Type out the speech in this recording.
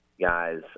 guys